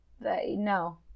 no